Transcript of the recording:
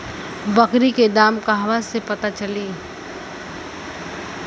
बकरी के दाम कहवा से पता चली?